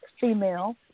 female